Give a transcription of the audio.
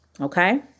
Okay